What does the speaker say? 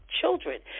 children